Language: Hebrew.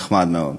נחמד מאוד.